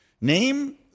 Name